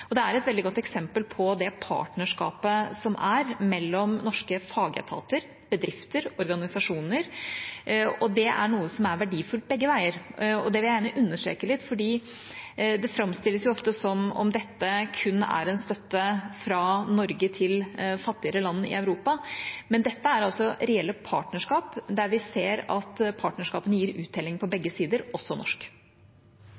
Det er veldig gode eksempler på det partnerskapet som er mellom norske fagetater, bedrifter og organisasjoner, og det er noe som er verdifullt begge veier. Det vil jeg gjerne understreke litt, for det framstilles jo ofte som om dette kun er en støtte fra Norge til fattigere land i Europa. Men dette er altså reelle partnerskap, der vi ser at partnerskapene gir uttelling på